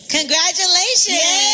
Congratulations